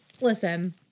listen